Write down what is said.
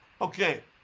Okay